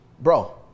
bro